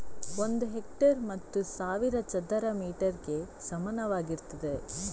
ಒಂದು ಹೆಕ್ಟೇರ್ ಹತ್ತು ಸಾವಿರ ಚದರ ಮೀಟರ್ ಗೆ ಸಮಾನವಾಗಿರ್ತದೆ